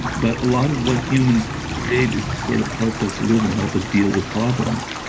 but a lot of what humans create is to sort of help us live and help us deal with problems.